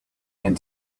and